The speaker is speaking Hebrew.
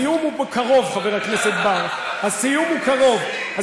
חבר הכנסת אורן אסף חזן,